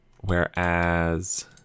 Whereas